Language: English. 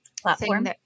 platform